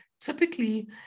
typically